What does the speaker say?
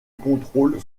contrôle